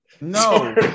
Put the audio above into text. No